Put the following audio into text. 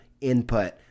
input